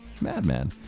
madman